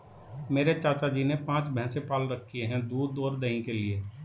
मेरे चाचा जी ने पांच भैंसे पाल रखे हैं दूध और दही के लिए